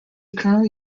currently